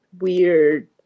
weird